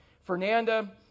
Fernanda